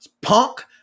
Punk